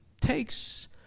takes